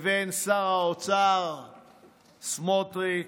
שר האוצר סמוטריץ'